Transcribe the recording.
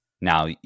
Now